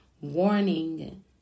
warning